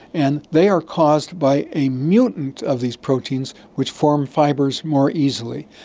and they are caused by a mutant of these proteins which form fibres more easily.